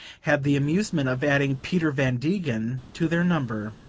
had the amusement of adding peter van degen to their number.